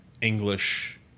English